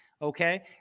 Okay